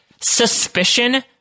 suspicion